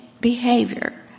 behavior